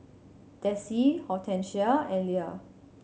Dessie Hortensia and Ila